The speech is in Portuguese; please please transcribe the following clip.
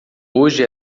hoje